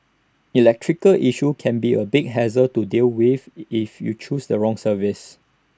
electrical issues can be A big hassle to deal with if you choose the wrong services